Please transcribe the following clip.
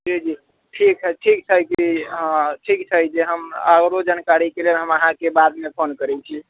जी जी ठीक हय ठीक हय कि ठीक छै जे हम आओरो जानकारीके लेल हम अहाँकेँ बादमे फोन करैत छी